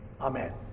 Amen